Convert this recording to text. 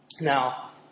Now